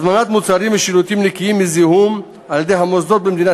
הזמנת מוצרים ושירותים נקיים מזיהום על-ידי המוסדות במדינת